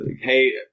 hey